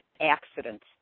accidents